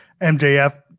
MJF